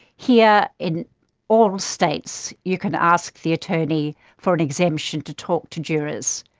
here in all states you can ask the attorney for an exemption to talk to jurors.